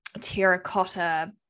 terracotta